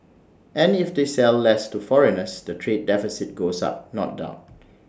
and if they sell less to foreigners the trade deficit goes up not down